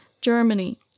germany